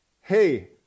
hey